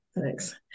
Thanks